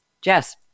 Jess